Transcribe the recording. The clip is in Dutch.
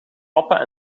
papa